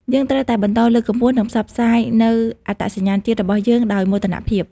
យើងត្រូវតែបន្តលើកកម្ពស់និងផ្សព្វផ្សាយនូវអត្តសញ្ញាណជាតិរបស់យើងដោយមោទនភាព។